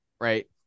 Right